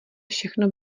všechno